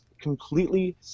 completely